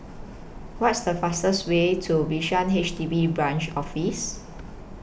What IS The fastest Way to Bishan H D B Branch Office